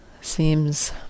seems